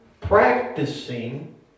practicing